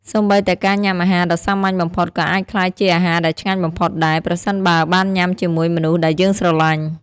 សូម្បីតែការញ៉ាំអាហារដ៏សាមញ្ញបំផុត ក៏អាចក្លាយជាអាហារដែលឆ្ងាញ់បំផុតដែរ ប្រសិនបើវបានញ៉ាំជាមួយមនុស្សដែលយើងស្រឡាញ់។